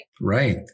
Right